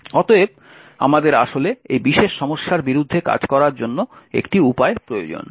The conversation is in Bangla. অতএব আমাদের আসলে এই বিশেষ সমস্যার বিরুদ্ধে কাজ করার জন্য একটি উপায় প্রয়োজন